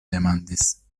demandis